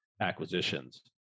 acquisitions